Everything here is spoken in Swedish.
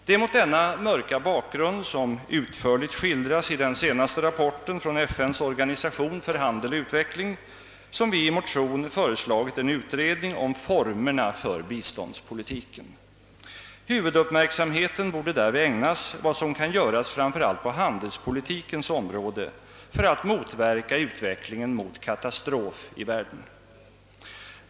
Det är mot denna mörka bakgrund, vilken utförligt skildrats i den senaste rapporten från FN:s organisation för handel och utveckling, som vi i motion föreslagit en utredning om formerna för biståndspolitiken. Huvuduppmärksamheten borde därvid ägnas vad som kan göras framför allt på handelspolitikens område för att motverka utvecklingen mot katastrof i världen.